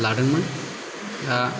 लादोंमोन दा